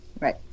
Right